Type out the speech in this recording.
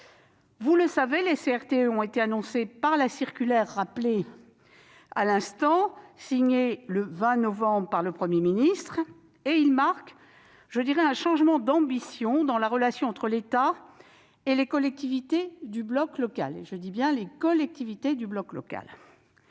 Vous le savez, les CRTE ont été annoncés dans la circulaire évoquée par Ronan Dantec à l'instant, signée le 20 novembre dernier par le Premier ministre. Ils marquent un changement d'ambition dans la relation entre l'État et les collectivités du bloc local.